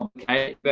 okay,